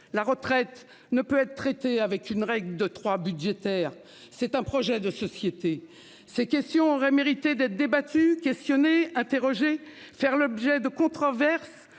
la retraite, ne peut être traitée avec une règle de 3 budgétaire. C'est un projet de société. Ces questions auraient mérité d'être débattue questionner, interroger, faire l'objet de controverse.